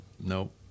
nope